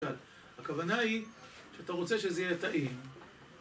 הכוונה היא, שאתה רוצה שזה יהיה טעים